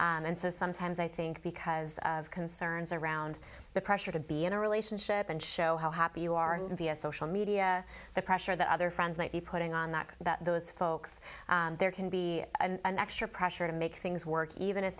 and so sometimes i think because of concerns around the pressure to be in a relationship and show how happy you are via social media the pressure that other friends might be putting on that those folks there can be an extra pressure to make things work even if